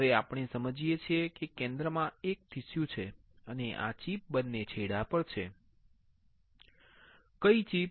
હવે આપણે સમજીએ છીએ કે કેન્દ્રમાં એક ટિશ્યુ છે અને આ ચિપ બંને છેડા પર છે કઈ ચિપ